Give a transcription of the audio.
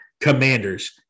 Commanders